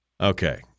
okay